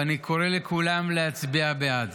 ואני קורא לכולם להצביע בעד.